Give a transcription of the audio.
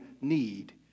need